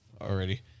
already